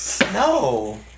No